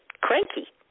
cranky